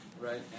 right